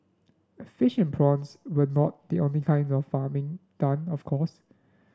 fish and prawns were not the only kind of farming done of course